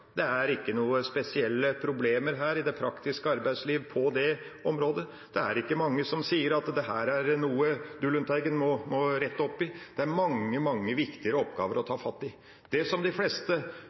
at dette er noe du, Lundteigen, må rette opp i. Det er mange, mange viktigere oppgaver å ta fatt i. Det de fleste